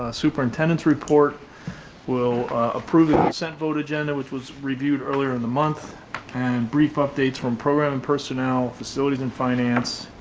ah superintendents report will approve the consent vote agenda, which was reviewed earlier in the month and brief updates from program personnel, facilities and finance.